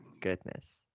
goodness